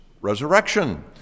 resurrection